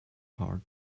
power